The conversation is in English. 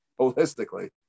holistically